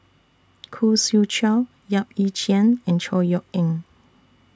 Khoo Swee Chiow Yap Ee Chian and Chor Yeok Eng